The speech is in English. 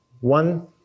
one